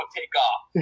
takeoff